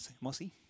Mossy